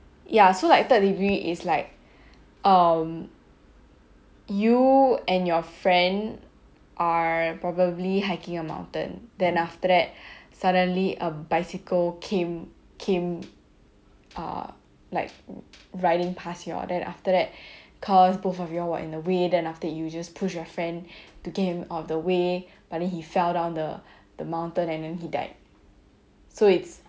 ya so like third degree is like um you and your friend are probably hiking a mountain then after that suddenly a bicycle came came uh like riding past your then after that cause both of your were in the way then after that you just push your friend to get him out of the way but then he fell down the the mountain and then he died so it's